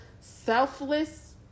selfless